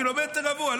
קילומטר רבוע.